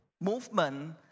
movement